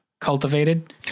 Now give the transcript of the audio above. cultivated